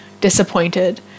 disappointed